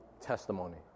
testimony